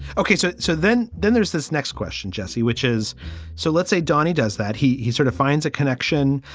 okay, so so then then there's this next question, jessee, which is so let's say donny does that he he sort of finds a connection.